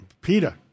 Peter